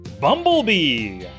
Bumblebee